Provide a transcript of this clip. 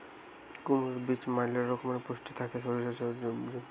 কুমড়োর বীজে ম্যালা রকমের পুষ্টি থাকে আর শরীরের জন্যে ভালো